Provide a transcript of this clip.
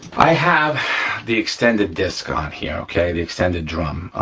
i have the extended disc on here okay, the extended drum.